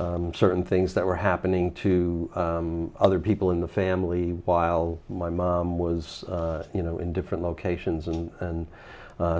and certain things that were happening to other people in the family while my mom was you know in different locations and